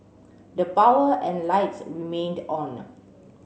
the power and lights remained on